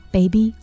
Baby